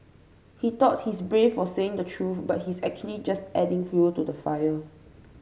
he thought he's brave for saying the truth but he's actually just adding fuel to the fire